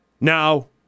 Now